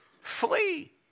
flee